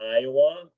Iowa